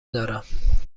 دارم